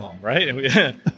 right